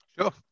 Sure